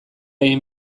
egin